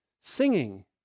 singing